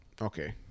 Okay